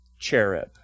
cherub